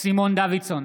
סימון דוידסון,